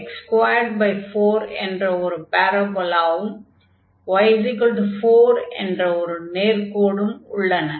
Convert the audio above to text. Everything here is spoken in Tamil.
yx24 என்ற ஒரு பாரபோலாவும் y4 என்ற ஒரு நேர்க்கோடும் உள்ளன